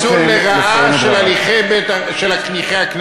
זה ניצול לרעה של הליכי הכנסת.